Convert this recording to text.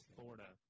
Florida